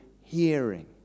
hearing